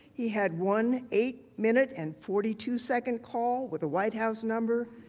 he had one eight minute and forty two second call with the white house number,